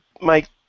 Mike